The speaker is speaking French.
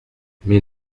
mais